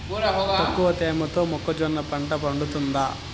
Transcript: తక్కువ తేమతో మొక్కజొన్న పంట పండుతుందా?